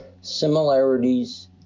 Similarities